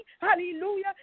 hallelujah